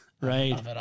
Right